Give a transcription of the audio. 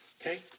Okay